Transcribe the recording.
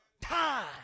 time